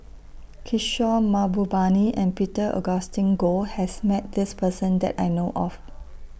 Kishore Mahbubani and Peter Augustine Goh has Met This Person that I know of